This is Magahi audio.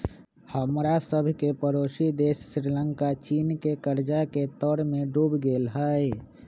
हमरा सभके पड़ोसी देश श्रीलंका चीन के कर्जा के तरमें डूब गेल हइ